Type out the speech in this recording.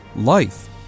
Life